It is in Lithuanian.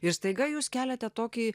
ir staiga jūs keliate tokį